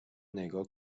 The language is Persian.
نگاه